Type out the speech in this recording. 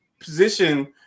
position